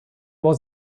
was